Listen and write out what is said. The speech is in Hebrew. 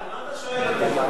(זכויות הורים מאמצים,